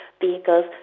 vehicles